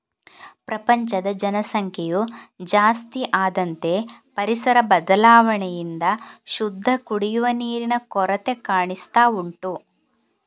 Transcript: ಪ್ರಪಂಚದ ಜನಸಂಖ್ಯೆಯು ಜಾಸ್ತಿ ಆದಂತೆ ಪರಿಸರ ಬದಲಾವಣೆಯಿಂದ ಶುದ್ಧ ಕುಡಿಯುವ ನೀರಿನ ಕೊರತೆ ಕಾಣಿಸ್ತಾ ಉಂಟು